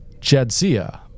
Jadzia